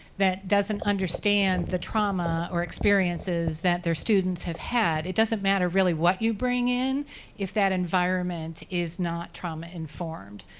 that doesn't understand the trauma or experiences that their students have had, it doesn't matter really what you bring in if that environment is not trauma-informed